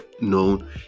known